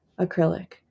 acrylic